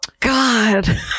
God